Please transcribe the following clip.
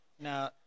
Now